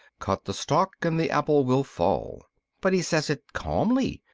cut the stalk, and the apple will fall but he says it calmly,